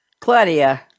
Claudia